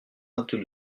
vingt